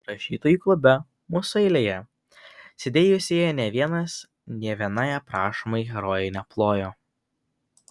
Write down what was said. rašytojų klube mūsų eilėje sėdėjusieji nė vienas nė vienai aprašomai herojai neplojo